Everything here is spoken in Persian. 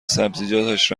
سبزیجاتش